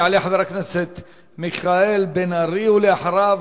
יעלה חבר הכנסת מיכאל בן-ארי, ואחריו,